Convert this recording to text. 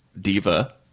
diva